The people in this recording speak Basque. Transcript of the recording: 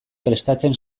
prestatzen